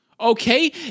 Okay